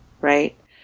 right